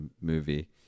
movie